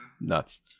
Nuts